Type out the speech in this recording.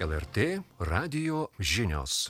lrt radijo žinios